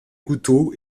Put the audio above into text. couteaux